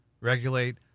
regulate